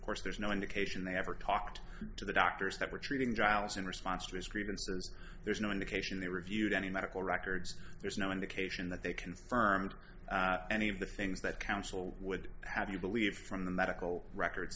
course there's no indication they ever talked to the doctors that were treating giles in response to his grievances there's no indication they reviewed any medical records there's no indication that they confirmed any of the things that counsel would have you believe from the medical records